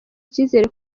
icyizere